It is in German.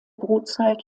brutzeit